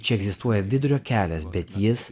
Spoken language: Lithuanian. čia egzistuoja vidurio kelias bet jis